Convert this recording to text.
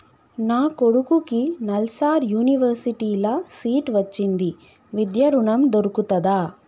నా కొడుకుకి నల్సార్ యూనివర్సిటీ ల సీట్ వచ్చింది విద్య ఋణం దొర్కుతదా?